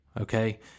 okay